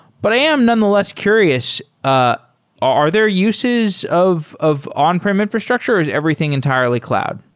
but i am nonetheless curious. ah are there uses of of on-prem infrastructure or is everything entirely cloud?